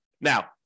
Now